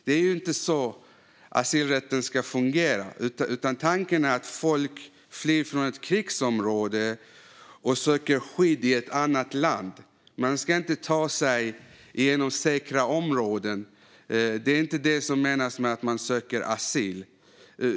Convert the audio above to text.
Det är inte så asylrätten ska fungera, utan folk som flyr från ett krigsområde ska söka skydd i ett annat land, inte ta sig genom säkra områden. Det är inte att söka asyl.